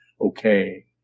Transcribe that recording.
okay